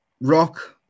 rock